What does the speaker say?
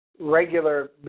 regular